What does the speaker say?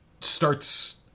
starts